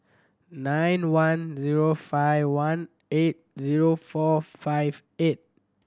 nine one zero five one eight zero four five eight